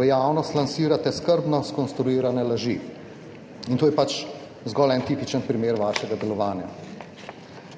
v javnost lansirate skrbno skonstruirane laži. To je pač zgolj en tipičen primer vašega delovanja.